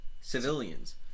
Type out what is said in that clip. civilians